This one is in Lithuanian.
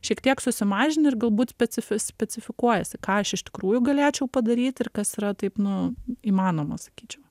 šiek tiek susimažini ir galbūt specifis specifikuojiesi ką aš iš tikrųjų galėčiau padaryti ir kas yra taip nu įmanoma sakyčiau